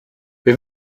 wir